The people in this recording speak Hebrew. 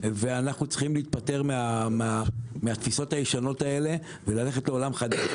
ואנחנו צריכים להתפטר מהתפיסות הישנות האלה וללכת לעולם חדש,